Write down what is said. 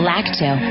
Lacto